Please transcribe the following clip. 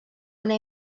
una